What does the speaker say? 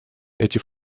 эти